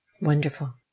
Wonderful